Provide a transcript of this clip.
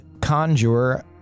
conjure